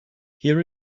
here